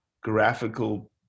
graphical